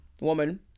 woman